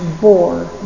bore